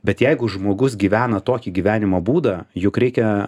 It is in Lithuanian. bet jeigu žmogus gyvena tokį gyvenimo būdą juk reikia